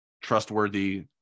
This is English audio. trustworthy